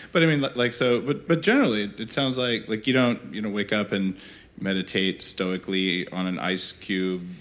but i mean like like so but but generally it sounds like like you don't you know wake up and meditate stoically on an ice cube